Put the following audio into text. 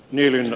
neljän